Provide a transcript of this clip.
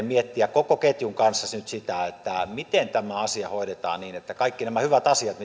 miettiä koko ketjun kanssa nyt sitä miten tämä asia hoidetaan niin että kaikki nämä hyvät asiat